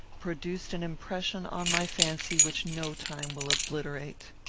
produced an impression on my fancy which no time will obliterate.